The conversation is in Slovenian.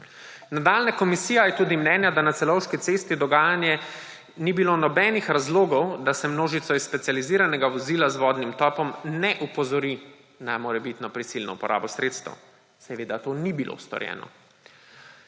Nadalje je komisija je tudi mnenja, da na Celovški cesti za dogajanje ni bilo nobenih razlogov, da se množice iz specializiranega vozila z vodnim topom ne opozori na morebitno prisilno uporabo sredstev. Seveda to ni bilo storjeno.